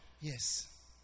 Yes